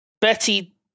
Betty